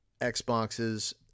Xboxes